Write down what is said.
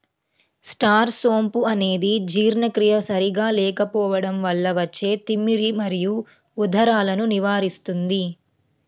star సోంపు అనేది జీర్ణక్రియ సరిగా లేకపోవడం వల్ల వచ్చే తిమ్మిరి మరియు ఉదరాలను నివారిస్తుంది